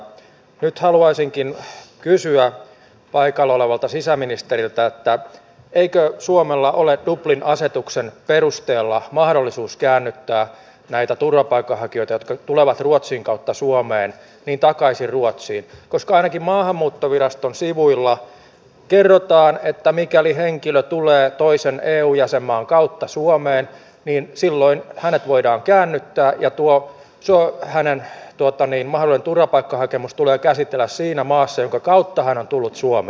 nyt haluaisinkin kysyä paikalla olevalta sisäministeriltä eikö suomella ole dublin asetuksen perusteella mahdollisuus käännyttää näitä turvapaikanhakijoita jotka tulevat ruotsin kautta suomeen takaisin ruotsiin koska ainakin maahanmuuttoviraston sivuilla kerrotaan että mikäli henkilö tulee toisen eu jäsenmaan kautta suomeen niin silloin hänet voidaan käännyttää ja hänen mahdollinen turvapaikkahakemuksensa tulee käsitellä siinä maassa jonka kautta hän on tullut suomeen